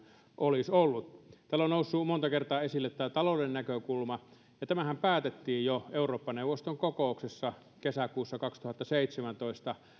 olisi ollut täällä on noussut monta kertaa esille tämä talouden näkökulma tämähän päätettiin jo eurooppa neuvoston kokouksessa kesäkuussa kaksituhattaseitsemäntoista